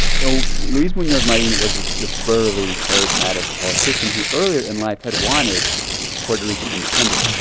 so luis munoz marin was this this burly, charismatic politician who, earlier in life, had wanted puerto rican independence.